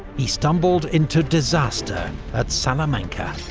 he stumbled into disaster at salamanca